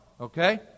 Okay